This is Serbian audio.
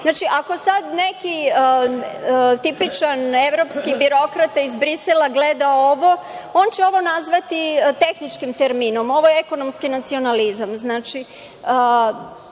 Znači, ako sad neki tipičan evropski birokrata iz Brisela gleda ovo, on će ovo nazvati tehničkim terminom. Ovo je ekonomski nacionalizam.